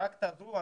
רק תעזרו,